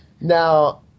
Now